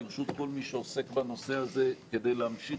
לרשות כל מי שעוסק בנושא הזה כדי להמשיך